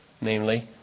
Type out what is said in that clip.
namely